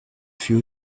fût